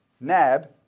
NAB